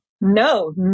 no